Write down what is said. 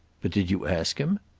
but did you ask him?